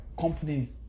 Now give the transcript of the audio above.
company